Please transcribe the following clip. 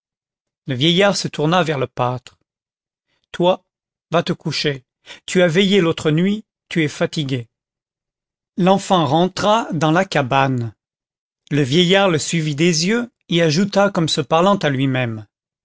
le vieillard se tourna vers le pâtre toi va te coucher tu as veillé l'autre nuit tu es fatigué l'enfant rentra dans la cabane le vieillard le suivit des yeux et ajouta comme se parlant à lui-même